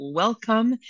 welcome